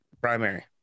primary